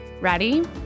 Ready